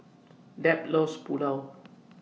Deb loves Pulao